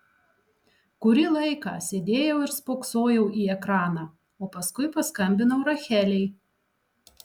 kurį laiką sėdėjau ir spoksojau į ekraną o paskui paskambinau rachelei